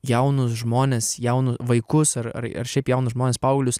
jaunus žmones jaunus vaikus ar šiaip jaunus žmones paauglius